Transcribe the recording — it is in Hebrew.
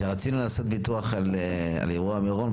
כשרצינו לעשות ביטוח על אירוע מירון,